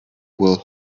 will